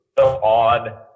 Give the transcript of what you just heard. on